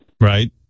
right